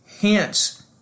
hence